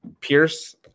Pierce